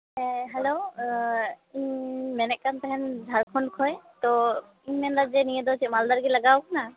ᱦᱮᱸ ᱦᱮᱞᱳ ᱤᱧ ᱢᱮᱱᱮᱫ ᱠᱟᱱ ᱛᱟᱦᱮᱱ ᱡᱷᱟᱲᱠᱷᱚᱸᱰ ᱠᱷᱚᱡ ᱛᱚ ᱤᱧ ᱢᱮᱱᱮᱫᱟ ᱡᱮ ᱱᱤᱭᱟᱹ ᱫᱚ ᱪᱮᱫ ᱢᱟᱞᱫᱟ ᱨᱮᱜᱮ ᱞᱟᱜᱟᱣ ᱟᱠᱟᱱᱟ